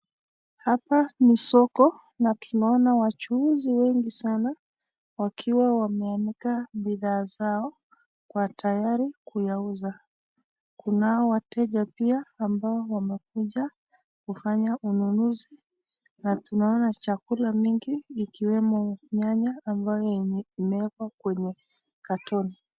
Hapa ni soko na tunaona wachuuzi wengi sana wakiwa wameanika bithaa zao kwa tayari kuyauza ,kunao wateja pia ambao wamekuja kufanya ununuzi na tunaona chakula mingi ikiwemo nyanya ambayo imewekwa kwenye katoni.